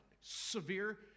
severe